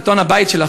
עיתון הבית שלך,